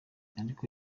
ariko